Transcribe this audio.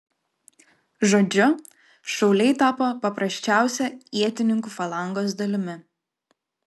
žodžiu šauliai tapo paprasčiausia ietininkų falangos dalimi